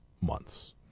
months